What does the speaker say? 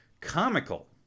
comical